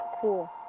cool